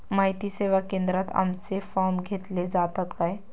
माहिती सेवा केंद्रात आमचे फॉर्म घेतले जातात काय?